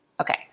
Okay